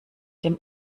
dem